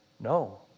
No